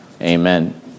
amen